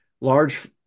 large